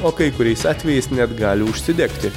o kai kuriais atvejais net gali užsidegti